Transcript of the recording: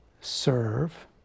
serve